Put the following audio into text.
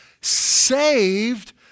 saved